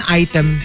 item